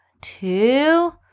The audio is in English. two